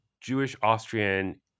Jewish-Austrian